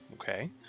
Okay